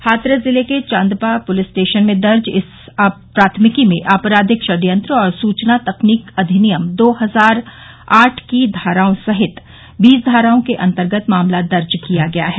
हाथरस जिले के Chandpa police station में दर्ज इस प्राथमिकी में आपराधिक षडयंत्र और सुचना तकनीक अधिनियम दो हजार आठ की धाराओं सहित बीस धाराओं के अंतर्गत मामला दर्ज किया गया है